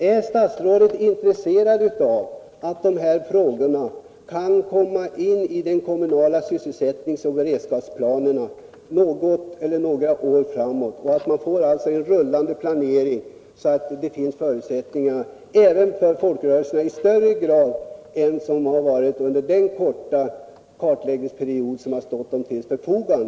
Är statsrådet intresserad av att de här frågorna kan komma in i de kommunala sysselsättningsoch beredskapsplanerna för något eller några år framöver, så att man får en rullande planering som ger även folkrörelserna möjlighet att komma till tals i högre grad än som varit fallet under den korta kartläggningsperiod som nu stått till deras förfogande?